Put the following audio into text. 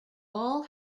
all